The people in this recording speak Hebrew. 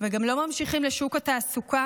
וגם לא ממשיכים לשוק התעסוקה.